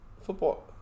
football